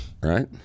Right